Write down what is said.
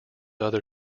other